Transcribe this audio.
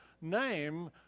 name